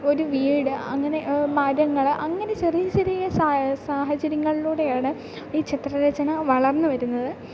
ഒരു വീട് അങ്ങനെ മരങ്ങൾ അങ്ങനെ ചെറിയ ചെറിയ സാ സാഹചര്യങ്ങളിലൂടെയാണ് ഈ ചിത്രരചന വളർന്നു വരുന്നത്